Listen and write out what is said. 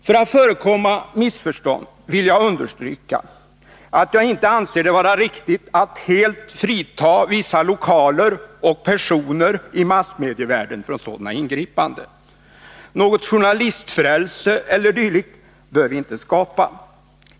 För att förekomma missförstånd vill jag understryka att jag inte anser det vara riktigt att helt frita vissa lokaler och personer i massmedievärlden från sådana ingripanden. Något journalistfrälse eller dylikt bör vi inte skapa.